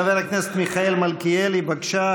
חבר הכנסת מיכאל מלכיאלי, בבקשה.